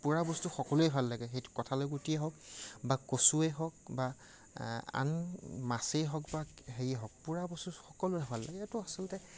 পোৰা বস্তু সকলোৱে ভাল লাগে সেইটো কঠালৰ গুটিয়েই হওক বা কচুৱেই হওক বা আন মাছেই হওক বা হেৰিয়ে হওক পোৰা বস্তু সকলোৱে ভাল লাগে এইটো আচলতে